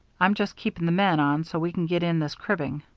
i'm just keeping the men on so we can get in this cribbing.